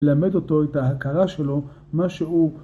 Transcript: למד אותו את ההכרה שלו, מה שהוא.